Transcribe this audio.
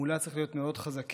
מולה צריך להיות מאוד חזקים,